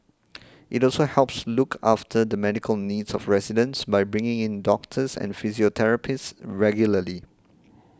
it also helps look after the medical needs of residents by bringing in doctors and physiotherapists regularly